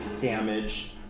damage